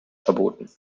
verboten